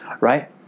Right